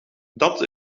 dat